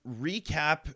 recap